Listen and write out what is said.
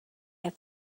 have